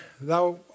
thou